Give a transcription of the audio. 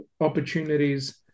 opportunities